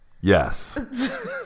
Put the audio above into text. Yes